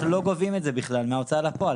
אנחנו לא גובים את זה בכלל מההוצאה לפועל.